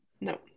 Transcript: No